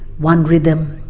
one rhythm,